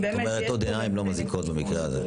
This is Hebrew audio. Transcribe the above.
את אומרת שעוד עיניים לא מזיקות במקרה הזה.